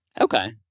Okay